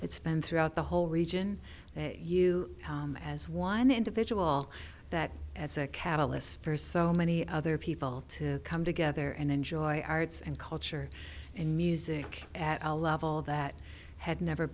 it's been throughout the whole region you as one individual that as a catalyst for so many other people to come together and enjoy arts and culture and music at a level that had never